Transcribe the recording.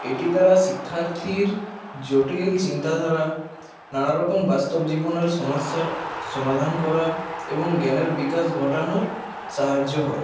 এটি দ্বারা শিক্ষার্থীর জটিল চিন্তাধারা নানা রকম বাস্তব জীবনের সমস্যার সমাধান করা এবং জ্ঞানের বিকাশ ঘটানোর সাহায্য হয়